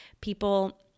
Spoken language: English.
people